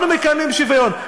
אנחנו מקיימים שוויון.